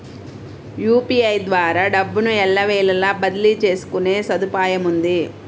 UPI ద్వారా డబ్బును ఎల్లవేళలా బదిలీ చేసుకునే సదుపాయముంది